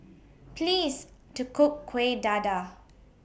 Please to Cook Kueh Dadar